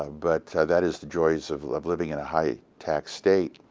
ah but that is the joys of living in a high tax state.